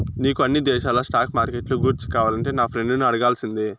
నీకు అన్ని దేశాల స్టాక్ మార్కెట్లు గూర్చి కావాలంటే నా ఫ్రెండును అడగాల్సిందే